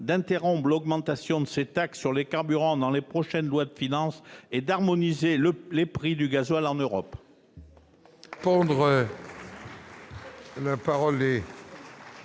d'interrompre l'augmentation de ces taxes sur les carburants dans les prochaines lois de finances et d'harmoniser les prix du gazole en Europe.